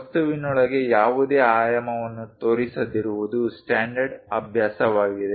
ವಸ್ತುವಿನೊಳಗೆ ಯಾವುದೇ ಆಯಾಮವನ್ನು ತೋರಿಸದಿರುವುದು ಸ್ಟ್ಯಾಂಡರ್ಡ್ ಅಭ್ಯಾಸವಾಗಿದೆ